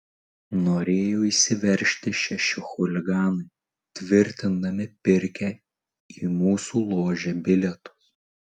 norėjo įsiveržti šeši chuliganai tvirtindami pirkę į mūsų ložę bilietus